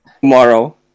Tomorrow